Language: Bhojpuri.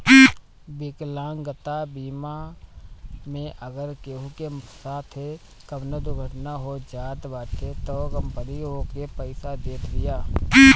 विकलांगता बीमा मे अगर केहू के साथे कवनो दुर्घटना हो जात बाटे तअ कंपनी ओके पईसा देत बिया